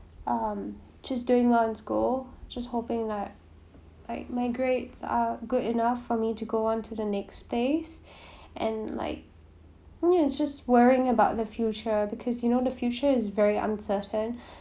um just doing well in school just hoping like like my grades are good enough for me to go on to the next phase and like you know just worrying about the future because you know the future is very uncertain